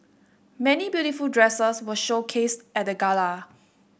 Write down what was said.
many beautiful dresses were showcased at the gala